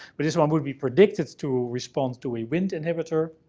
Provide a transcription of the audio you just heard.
but this one would be predicted to respond to a wnt inhibitor,